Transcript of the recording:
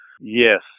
Yes